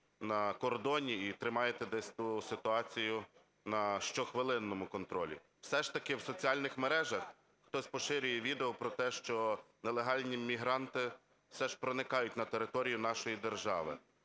на кордоні і тримаєте десь ситуацію на щохвилинному контролі. Все ж таки в соціальних мережах хтось поширює відео про те, що нелегальні мігранти все ж проникають на територію нашої держави.